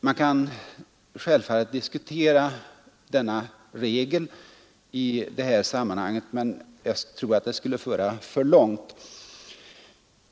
Man kan självfallet diskutera denna regel i samband med det aktuella ämnet, men jag tror det skulle föra för långt.